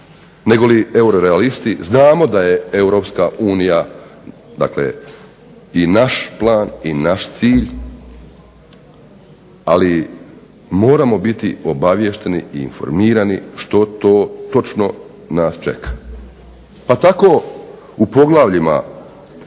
negoli euro realisti. Znamo da je Europska unija dakle i naš plan i naš cilj, ali moramo biti obaviješteni i informirani što to točno nas čeka. Pa tako u poglavljima